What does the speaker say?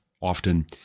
often